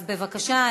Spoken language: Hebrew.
בבקשה.